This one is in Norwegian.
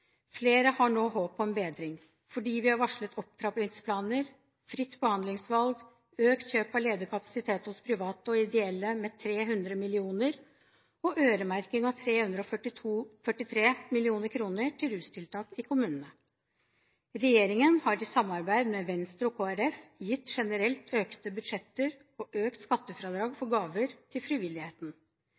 Flere har nå håp om bedring fordi vi har varslet opptrappingsplaner, fritt behandlingsvalg, økt kjøp av ledig kapasitet hos private og ideelle med 300 mill. kr og øremerking av 343 mill. kr til rustiltak i kommunene. Regjeringen har i samarbeid med Venstre og Kristelig Folkeparti gitt generelt økte budsjetter og økt skattefradrag for gaver til frivilligheten,